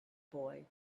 boy